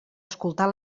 escoltar